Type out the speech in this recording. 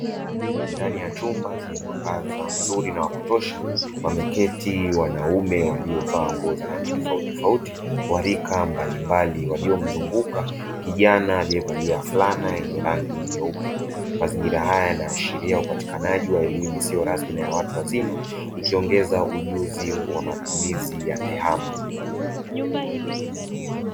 Ndani ya chumba chenye mwangaza mzuri na wakutosha wameketi wanaume waliovaa nguo za rangi tofautitofauti, wa rika mbalimbali. Waliomzunguka kijana aliyevalia fulana yenye rangi nyeupe, mazingira haya yanaashiria upatikanaji wa elimu isiyo rasmi na ya watu wazima, ikiongeza ujuzi wa matumizi ya tehama.